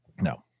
no